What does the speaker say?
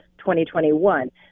2021